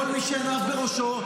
כל מי שעיניו בראשו,